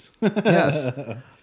Yes